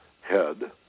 head